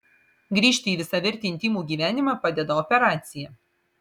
grįžti į visavertį intymų gyvenimą padeda operacija